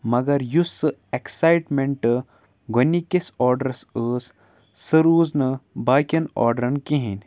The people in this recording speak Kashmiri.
مگر یُس سُہ اٮ۪کسایٹمٮ۪نٛٹ گۄڈٕنِکِس آڈرَس ٲس سۄ روٗز نہٕ باقِیَن آڈرَن کِہیٖنۍ